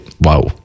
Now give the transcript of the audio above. wow